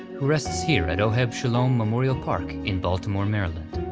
who rests here at oheb shalom memorial park in baltimore, maryland.